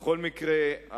בכל מקרה,